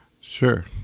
Sure